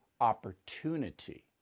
opportunity